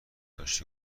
داشتی